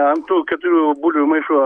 ant tų keturių bulvių maišų